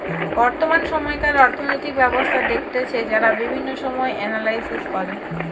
বর্তমান সময়কার অর্থনৈতিক ব্যবস্থা দেখতেছে যারা বিভিন্ন বিষয় এনালাইস করে